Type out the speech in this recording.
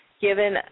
given